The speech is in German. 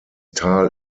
tal